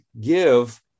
give